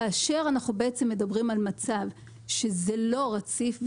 כאשר אנחנו מדברים על מצב שבו זה לא רציף,